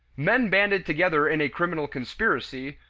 men banded together in a criminal conspiracy,